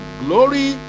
glory